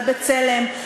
על "בצלם",